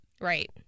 Right